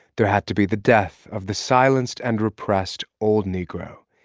there had to be the death of the silenced and repressed old negro.